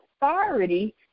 authority